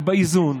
ובאיזון,